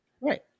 Right